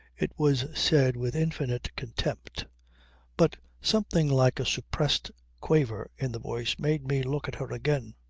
it was said with infinite contempt but something like a suppressed quaver in the voice made me look at her again.